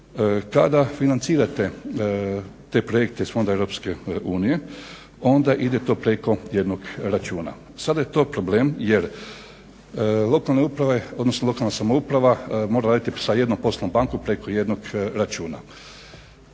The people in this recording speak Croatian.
Kada financirate te projekte iz fondova Europske unije onda ide to preko jednog računa. Sada je to problem jer lokalna samouprava je morala raditi sa jednom poslovnom bankom preko jednog računa.